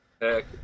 Heck